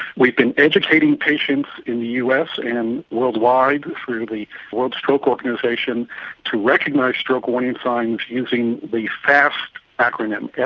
we've been educating patients in the us and worldwide through the world stroke organisation to recognise stroke warning signs using the fast acronym. yeah